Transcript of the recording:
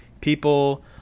people